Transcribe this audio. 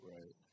Right